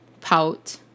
pout